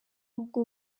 ubwo